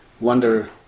wonder